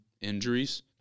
injuries